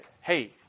hey